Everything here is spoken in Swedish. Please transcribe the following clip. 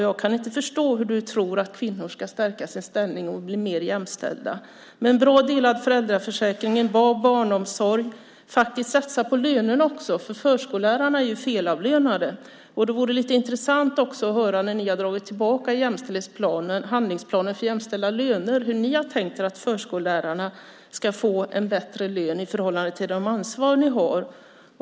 Jag kan inte förstå hur du kan tro att kvinnors ställning ska stärkas och att de ska bli mer jämställda. En bra, delad föräldraförsäkring, en bra barnomsorg och en satsning på lönerna är viktigt. Förskollärarna är felavlönade, och det vore intressant att höra när ni nu har dragit tillbaka handlingsplanen för jämställda löner hur ni har tänkt er att förskollärarna ska få en bättre lön i förhållande till det ansvar de har.